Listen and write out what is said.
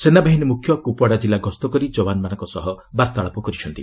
ସେନାବାହିନୀ ମୁଖ୍ୟ କୁପଓ୍ୱାଡା ଜିଲ୍ଲା ଗସ୍ତ କରି ଜବାନମାନଙ୍କ ସହ ବାର୍ତ୍ତାଳାପ କରିଛନ୍ତି